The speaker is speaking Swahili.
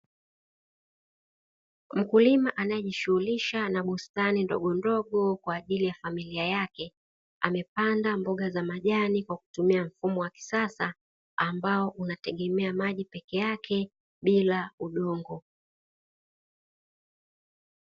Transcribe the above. Mkulima anayejishughulisha na bustani ndogondogo kwa ajili ya familia yake, amepanda mboga za majani kwa kutumia mfumo wa kisasa ambao unategemea maji peke yake bila udongo.